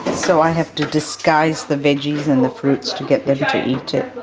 so i have to disguise the veggies and the fruits to get them to eat it.